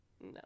No